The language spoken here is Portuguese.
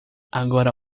agora